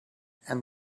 and